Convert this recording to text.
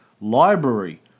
library